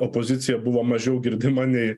opozicija buvo mažiau girdima nei